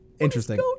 Interesting